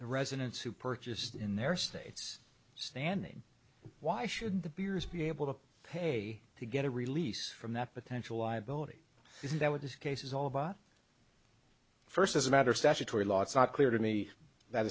the residents who purchased in their states standing why shouldn't the beers be able to pay to get a release from that potential liability is that what this case is all a bot first as a matter of statutory law it's not clear to me that